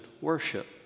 worship